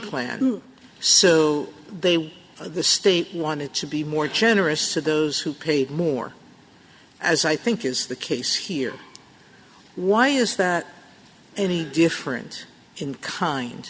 plan so they would the state wanted to be more generous to those who paid more as i think is the case here why is that any different in kind